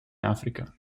africa